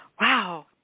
Wow